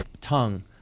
tongue